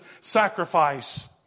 sacrifice